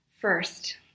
First